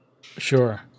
Sure